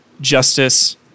Justice